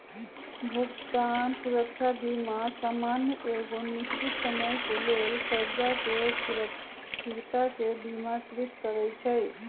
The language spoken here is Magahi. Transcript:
भुगतान सुरक्षा बीमा सामान्य एगो निश्चित समय के लेल करजा के फिरताके बिमाकृत करइ छइ